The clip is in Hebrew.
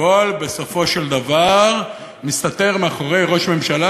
הכול בסופו של דבר מסתתר מאחורי ראש ממשלה,